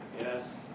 Yes